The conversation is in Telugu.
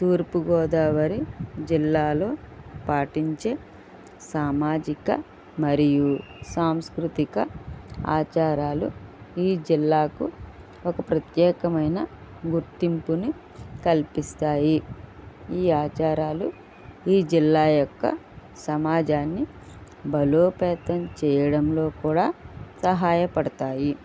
తూర్పు గోదావరి జిల్లాలో పాటించే సామాజిక మరియు సాంస్కృతిక ఆచారాలు ఈ జిల్లాకు ఒక ప్రత్యేకమైన గుర్తింపుని కల్పిస్తాయి ఈ ఆచారాలు ఈ జిల్లా యొక్క సమాజాన్ని బలోపేతం చేయడం కూడా సహాయపడతాయి